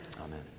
Amen